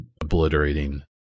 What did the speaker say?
obliterating